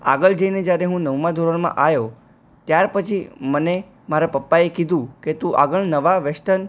આગળ જઈને જ્યારે હું નવમા ધોરણમાં આવ્યો ત્યાર પછી મને મારા પપ્પાએ કીધું કે તું આગળ નવાં વેસ્ટન